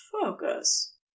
focus